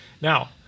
Now